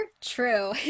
True